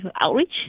outreach